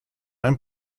ein